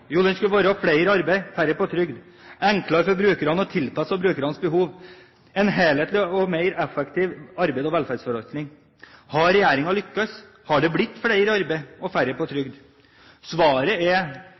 Jo, den skulle føre til flere i arbeid og færre på trygd. Den skulle bli enklere for brukerne og tilpasset brukernes behov – en helhetlig og mer effektiv arbeids- og velferdsforvaltning. Har regjeringen lyktes? Har det blitt flere i arbeid og færre på